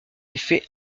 effet